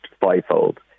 fivefold